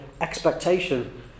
expectation